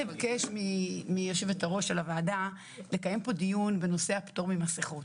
אבקש מיושבת הראש של הוועדה לקיים פה דיון בנושא הפטור ממסכות.